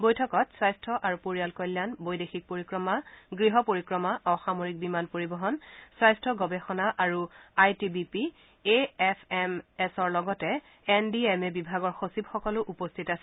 বৈঠকত স্বাস্থ্য আৰু পৰিয়াল কল্যাণ বৈদেশিক পৰিক্ৰমা গৃহ পৰিক্ৰমা অসামৰিক বিমান পৰিবহণ স্বাস্থ্য গৱেষণা আৰু I T B P A F M এছৰ লগতে এন ডি এম এ বিভাগৰ সচিবসকলো উপস্থিত আছিল